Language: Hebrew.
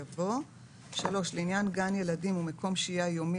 יבוא: "(3)לעניין גן ילדים ומקום שהייה יומי